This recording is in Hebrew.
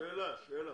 שאלה.